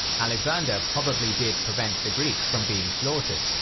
alexander probably did prevent the greeks from being slaughtered,